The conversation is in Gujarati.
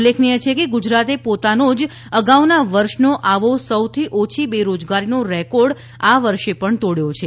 ઉલ્લેખનીય છે કે ગુજરાતે પોતાનો જ અગાઉનાં વર્ષનો આવો સૌથી ઓછી બેરોજગારીનો રેકોર્ડ આ વર્ષે તોડ્યો છે